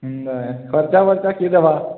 ହଁ ଖର୍ଚ୍ଚବାର୍ଚ୍ଚ କିଏ ଦେବ